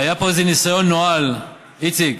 היה פה איזה ניסיון נואל, איציק,